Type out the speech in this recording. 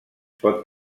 pot